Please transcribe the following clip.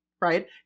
Right